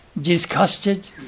disgusted